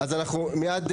מיד,